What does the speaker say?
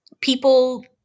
people